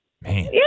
Man